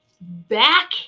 back